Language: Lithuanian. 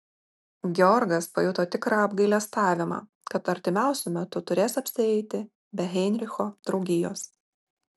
georgas pajuto tikrą apgailestavimą kad artimiausiu metu turės apsieiti be heinricho draugijos